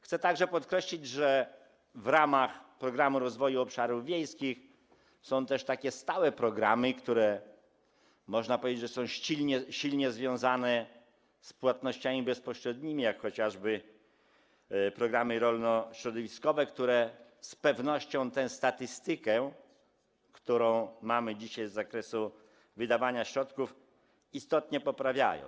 Chcę także podkreślić, że w ramach Programu Rozwoju Obszarów Wiejskich są też realizowane stałe programy, które, można powiedzieć, są silnie związane z płatnościami bezpośrednimi, jak chociażby programy rolno-środowiskowe, które z pewnością tę statystykę, jaką mamy dzisiaj z zakresu wydawania środków, istotnie poprawiają.